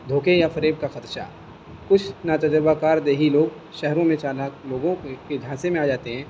دھوکے یا فریب کا خطشہ کچھ نا تجربہ کار دیہی لوگ شہروں میں چالک لوگوں کے کے جھانسے میں آ جاتے ہیں